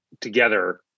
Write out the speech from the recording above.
together